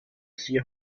sehr